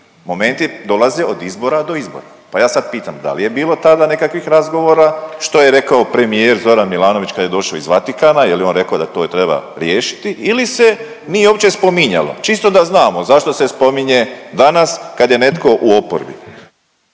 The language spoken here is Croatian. momenti dolaze od izbora do izbora pa ja sad pitam, da li je bilo tada nekakvih razgovora, što je rekao premijer Zoran Milanović kad je došao iz Vatikana, je li on rekao da to treba riješiti ili se nije uopće spominjalo? Čisto da znamo zašto se spominje danas kad je netko u oporbi.